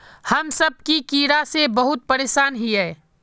हम सब की कीड़ा से बहुत परेशान हिये?